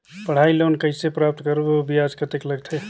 पढ़ाई लोन कइसे प्राप्त करबो अउ ब्याज कतेक लगथे?